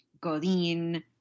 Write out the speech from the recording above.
Godin